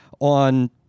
on